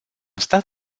stat